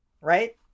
right